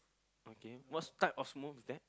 okay what type of smooth is that